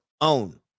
own